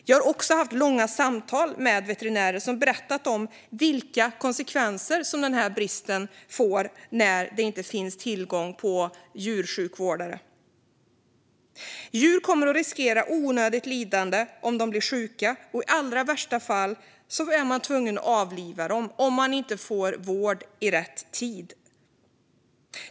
Jag har också haft långa samtal med veterinärer som berättat om vilka konsekvenser det får när det inte finns tillgång på djursjukvårdare. Djur kommer att riskera onödigt lidande om de blir sjuka. I allra värsta fall blir man tvungen att avliva dem om de inte får vård i rätt tid.